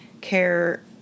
care